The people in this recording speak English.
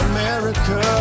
America